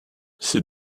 ces